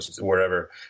wherever